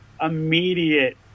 immediate